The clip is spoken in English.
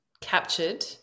captured